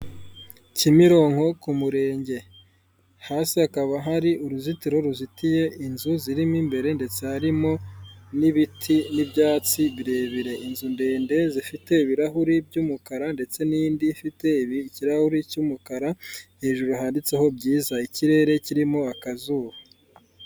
Kimironko ku murenge hasi hakaba hari uruzitiro ruzitiye inzu zirimo imbere ndetse harimo n'ibiti n'ibyatsi birebire inzu ndende zifite ibirahuri by'umukara ndetse n'indi ifite ikirahuri cy'umukara hejuru handitseho byiza ikirere kirimo akazuba.